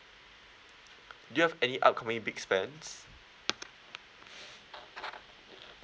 do you have any upcoming big spends